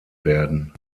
werden